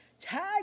Tag